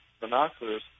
binoculars